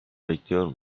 bekliyor